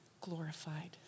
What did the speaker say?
glorified